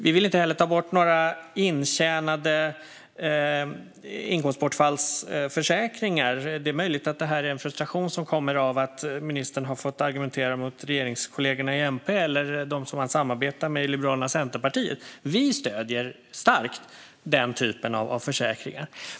Vi vill inte heller ta bort några intjänade inkomstbortfallsförsäkringar. Det är möjligt att det här är en frustration som kommer av att ministern har fått argumentera mot regeringskollegorna i MP eller dem som han samarbetar med i Liberalerna och Centerpartiet. Vi stöder starkt den typen av försäkringar.